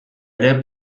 ere